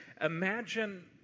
Imagine